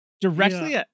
Directly